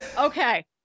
okay